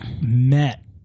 met